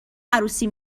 عروسی